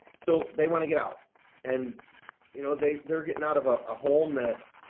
so they want to get out and you know, they they're getting out of a ah home that,